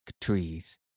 trees